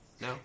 No